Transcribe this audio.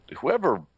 Whoever